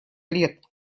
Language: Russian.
лет